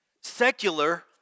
Secular